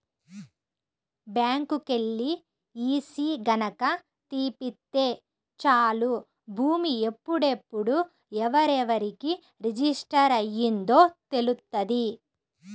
బ్యాంకుకెల్లి ఈసీ గనక తీపిత్తే చాలు భూమి ఎప్పుడెప్పుడు ఎవరెవరికి రిజిస్టర్ అయ్యిందో తెలుత్తది